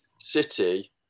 City